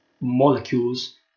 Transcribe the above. molecules